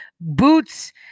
boots